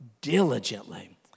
diligently